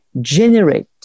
generate